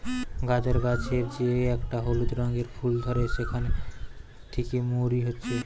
গাজর গাছের যে একটা হলুদ রঙের ফুল ধরে সেখান থিকে মৌরি হচ্ছে